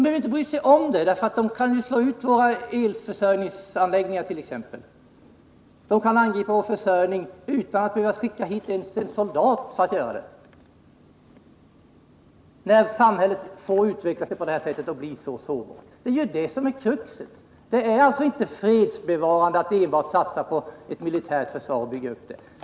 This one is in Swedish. Han kan slå ut t.ex. våra elförsörjningsanläggningar utan att behöva skicka hit en enda soldat, när samhället tillåts att utvecklas på detta sätt och bli så sårbart. Det är detta som är kruxet. Det är alltså inte fredsbevarande att enbart satsa på ett militärt försvar.